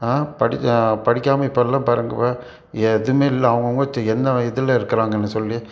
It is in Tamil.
படிக்க படிக்காமல் இப்போல்லாம் பாருங்கபா எதுமே இல்லை அவங்கவுங்க செ என்ன இதில் இருக்கிறாங்கன்னு சொல்லி